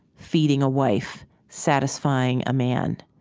feeding a wife, satisfying a man?